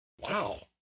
wow